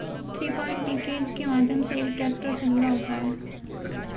three point linkage के माध्यम से एक ट्रैक्टर से जुड़ा होता है